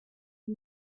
you